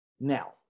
Now